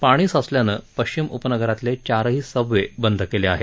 पाणी साचल्यानं पश्चिम उपनगरांतले चारही सबवे बंद केले आहेत